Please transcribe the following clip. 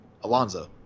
Alonzo